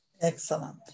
Excellent